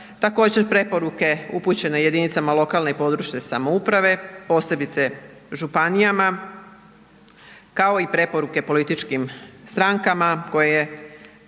također preporuke upućene jedinicama lokalne i područne samouprave posebice županijama kao i preporuke političkim strankama kojima